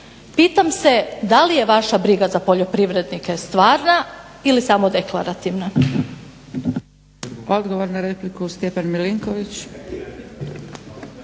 Pitam se da li je vaša briga za poljoprivrednike stvarna ili samo deklarativna.